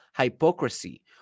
hypocrisy